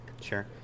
Sure